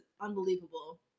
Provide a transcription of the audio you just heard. unbelievable